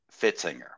Fitzinger